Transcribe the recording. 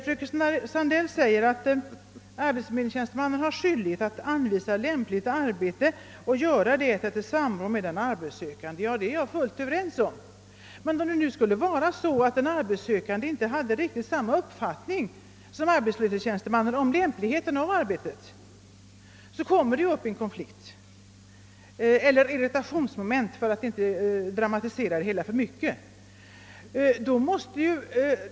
Fröken Sandell säger att arbetsförmedlingstjänstemannen här skyldighet att anvisa lämpligt arbete och göra det efter samråd med den arbetssökande. Detta är jag fullt överens med fröken Sandell om. Men om en arbetssökande inte har riktigt samma uppfattning som arbetsförmedlingstjänstemannen om ett visst arbete, så uppstår det ju ett irritationsmoment — jag arvänder detta uttryck för att inte dräåmatisera saken.